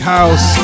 House